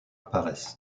apparaissent